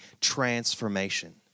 transformation